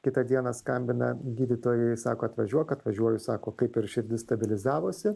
kitą dieną skambina gydytojai sako atvažiuok atvažiuoju sako kaip ir širdis stabilizavosi